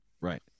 Right